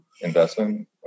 investment